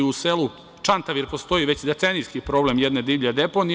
U selu Čantavir postoji već decenijski problem jedne divlje deponije.